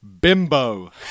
Bimbo